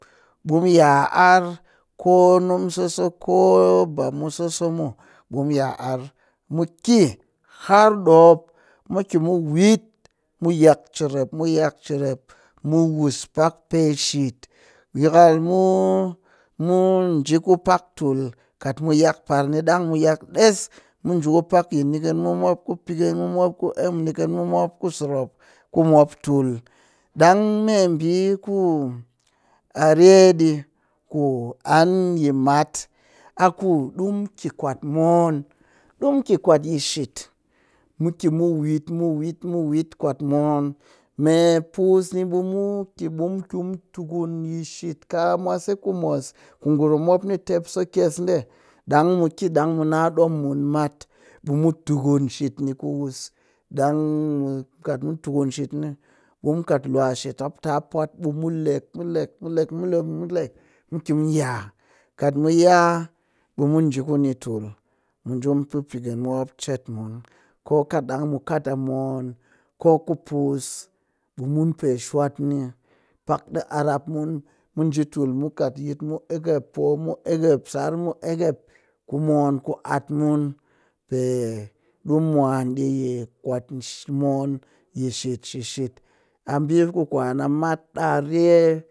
Ɓe mu ya arr ko nimu soso ko bamu soso ɓemu ya arr mu ki har ɗoomp mu sa mu wit mu yak cerep, mu yak cerep mu wus pak pee shit yakal mu mu nji pak tul kat mu yak ɗang mu yak ɗes mu nji ku pak yi nikɨnmu mop ku pikɨnmu mop ku emnikɨnmu mop ku sorop ku mop tul. Ɗang meɓi ku a rye ɗi ku an yi mat a ku ɗi muki kwat mo̱o̱n, ɗi mu kwat yi shit mu ki mu wit, mu wit, mu wit kwat mo̱o̱n me pussni ɓemu ki mu tukun yi shit ka mwase ku mwas ngurum mop ni tep so kyes ɗe ɗang mu ki ɗang mu na ɗoom mun mat ɓe mu tukun shit ni ku wuss ɗang kat mu kat mu tukun shit ɓe mu kat luwa shit mop ta pwoat mu leg mu leg mu leg mu ki mu ya kat mu ya ɓe mu nji kuni tul kat mu nji kuni mu nji mu pee pikɨn mu mop chet mu ko katɗang mu kat a mo̱o̱n ko ku puss ɓe mun pe shwat ni pak ɗi arrapmun mu nji tul mu kat poomu egƙep, sarmu egƙep ku mo̱o̱n attmun pe ɗi mu mwan ɗi yi kwat mo̱o̱n yi shit shi shit a ɓi ku kwan a mat ɓa rye